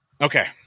Okay